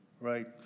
right